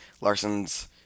Larson's